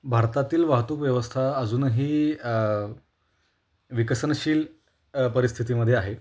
भारतातील वाहतूक व्यवस्था अजूनही विकसनशील परिस्थितीमध्ये आहे